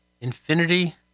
Infinity